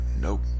Nope